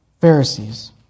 Pharisees